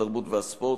התרבות והספורט,